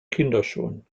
kinderschuhen